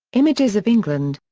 images of england.